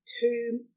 two